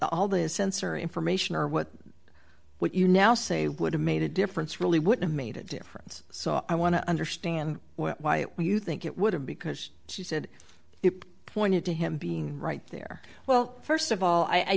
all this sensory information or what what you now say would have made a difference really would have made a difference so i want to understand why you think it would have because she said it pointed to him being right there well st of all i